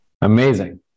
Amazing